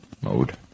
mode